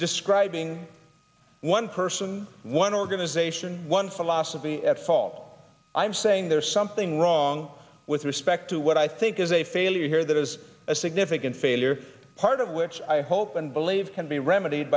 describing one person one organization one philosophy at fall i'm saying there's something wrong with respect to what i think is a failure here that is a significant failure part of which i hope and believe can be remedied